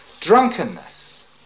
drunkenness